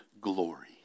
glory